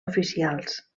oficials